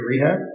rehab